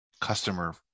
customer